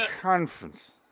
Conference